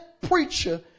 preacher